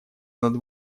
над